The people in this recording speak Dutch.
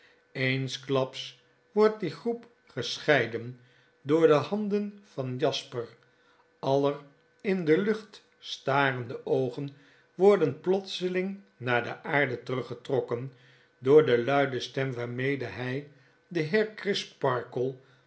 eensklaps wordt die groep gescheiden door de handen van jasper aller in de lucht starende oogen worden plotseling naar de aarde teruggetrokken door de luide stem waarmede hfl den